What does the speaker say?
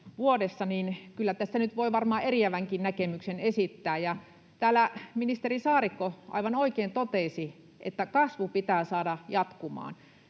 nyt voi varmaan eriävänkin näkemyksen esittää. Täällä ministeri Saarikko aivan oikein totesi, että kasvu pitää saada jatkumaan.